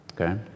okay